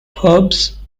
herbs